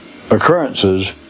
occurrences